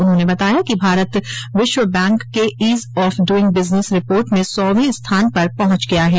उन्होंने बताया कि भारत विश्व बैंक के ease of doing business report में सौवें स्थान पर पहुंच गया है